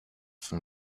von